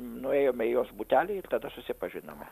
nuėjome į jos butelį ir tada susipažinome